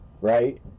right